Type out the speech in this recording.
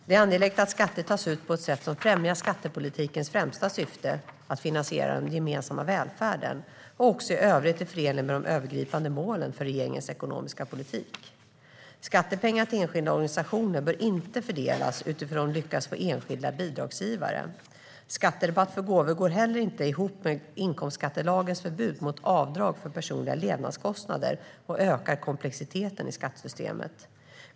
Det är angeläget att skatter tas ut på ett sätt som främjar skattepolitikens främsta syfte, att finansiera den gemensamma välfärden, och också i övrigt är förenligt med de övergripande målen för regeringens ekonomiska politik. Skattepengar till enskilda organisationer bör inte fördelas utifrån hur de lyckas få enskilda bidragsgivare. Skatterabatt för gåvor går inte heller ihop med inkomstskattelagens förbud mot avdrag för personliga levnadskostnader och ökar komplexiteten i skattesystemet.